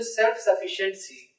self-sufficiency